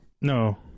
no